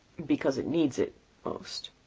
because it needs it most.